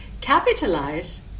capitalize